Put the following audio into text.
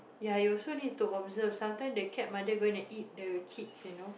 ya you also need to observe sometime the cat Mother gonna eat the kids you know